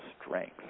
strength